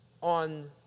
on